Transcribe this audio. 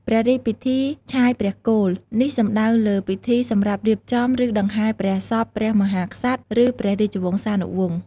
ព្រះរាជពិធីឆាយព្រះគោល នេះសំដៅលើពិធីសម្រាប់រៀបចំ ឬដង្ហែព្រះសពព្រះមហាក្សត្រ ឬព្រះរាជវង្សានុវង្ស។